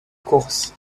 course